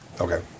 Okay